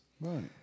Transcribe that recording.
Right